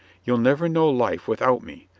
you'll never know life with out me.